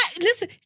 Listen